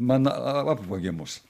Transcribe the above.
man apvogė mus